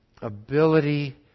Ability